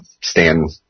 stand